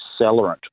accelerant